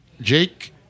Jake